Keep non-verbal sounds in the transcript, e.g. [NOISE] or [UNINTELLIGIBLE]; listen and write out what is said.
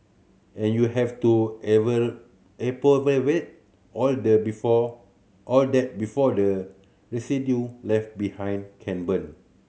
and you have to ever [UNINTELLIGIBLE] all the before all that before the residue left behind can burn